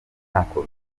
ntako